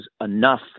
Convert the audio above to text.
enough